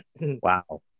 Wow